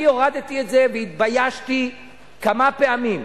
אני הורדתי את זה והתביישתי כמה פעמים.